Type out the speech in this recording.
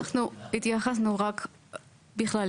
אנחנו התייחסנו רק בכלל,